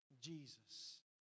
Jesus